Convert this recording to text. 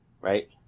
right